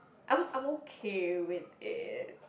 I'm I'm okay with it